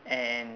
and